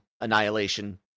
Annihilation